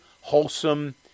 wholesome